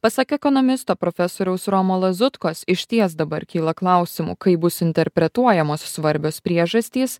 pasak ekonomisto profesoriaus romo lazutkos išties dabar kyla klausimų kaip bus interpretuojamos svarbios priežastys